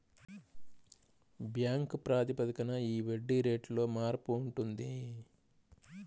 bank ప్రాతిపదికన ఈ వడ్డీ రేటులో మార్పు ఉంటుంది